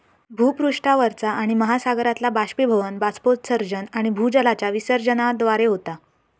भूपृष्ठावरचा पाणि महासागरातला बाष्पीभवन, बाष्पोत्सर्जन आणि भूजलाच्या विसर्जनाद्वारे होता